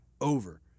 over